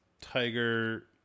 tiger